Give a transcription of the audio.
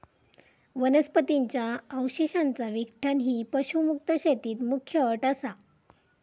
वनस्पतीं च्या अवशेषांचा विघटन ही पशुमुक्त शेतीत मुख्य अट असा